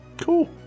Cool